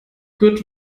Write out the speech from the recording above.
good